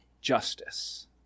justice